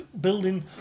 Building